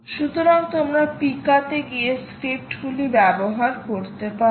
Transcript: সুতরাং তোমরা PIKA তে গিয়ে স্ক্রিপ্টগুলি ব্যবহার করতে পারো